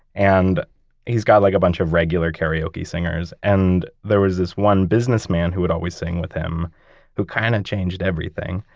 and he's got like a bunch of regular karaoke singers. and there was this one businessman who would always sing with him who kind of changed everything.